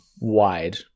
wide